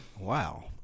Wow